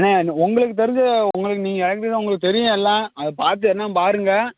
அண்ணே உங்களுக்கு தெரிஞ்ச உங்களுக்கு நீங்கள் எலெக்ட்ரிஷன் உங்களுக்கு தெரியும் எல்லாம் அதை பார்த்து என்னென்னு பாருங்கள்